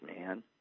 man